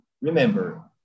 Remember